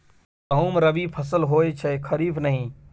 गहुम रबी फसल होए छै खरीफ नहि